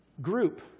group